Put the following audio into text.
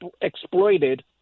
exploited